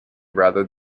rather